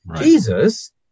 jesus